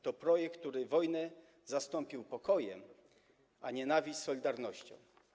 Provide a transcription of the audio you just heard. To projekt, który wojnę zastąpił pokojem, a nienawiść solidarnością.